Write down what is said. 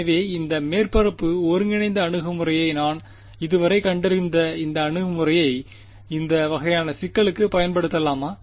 எனவே இந்த மேற்பரப்பு ஒருங்கிணைந்த அணுகுமுறையை நான் இதுவரை கண்டறிந்த இந்த அணுகுமுறையை இந்த வகையான சிக்கலுக்குப் பயன்படுத்தலாமா